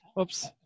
oops